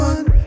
One